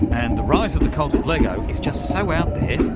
and the rise of the cult of lego is just so out there,